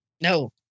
no